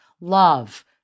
love